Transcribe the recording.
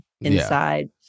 inside